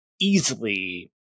easily